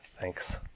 Thanks